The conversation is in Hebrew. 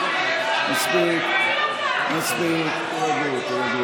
מספיק, מספיק, מספיק.